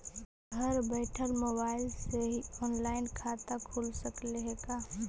घर बैठल मोबाईल से ही औनलाइन खाता खुल सकले हे का?